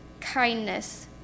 kindness